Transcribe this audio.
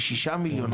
ל-6 מיליון,